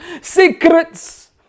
Secrets